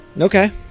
Okay